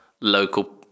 local